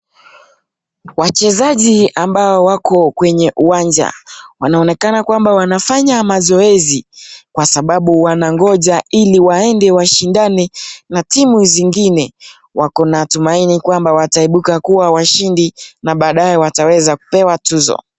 Wachezaji ambao wako kwenye uwanja, wanaonekana kwamba wanafanya mazoezi ,kwa sababu wanagonja ili waende washindane na timu zingine .Wako na tumaini kwamba wataibuka kuwa washindi na baadae wataweza kupewa tuzo.